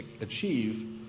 achieve